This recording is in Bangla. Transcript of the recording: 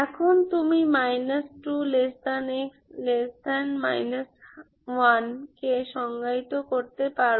এখন তুমি 2x 1 কে সংজ্ঞায়িত করতে পারো